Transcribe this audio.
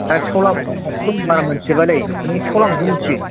दा सिखाव लामाखौथ' आं बारा मिथिजोबालै नों सिखाव लामाखौ मिथियो